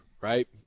Right